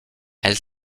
elle